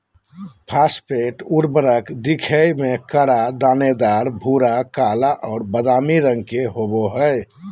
phosphate उर्वरक दिखे में कड़ा, दानेदार, भूरा, काला और बादामी रंग के होबा हइ